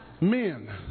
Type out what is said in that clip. Men